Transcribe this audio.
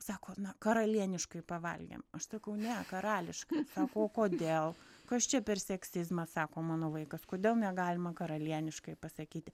sako na karalieniškai pavalgėm aš sakau ne karališkai sako o kodėl kas čia per seksizmas sako mano vaikas kodėl negalima karalieniškai pasakyti